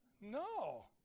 No